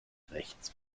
rechts